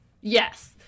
Yes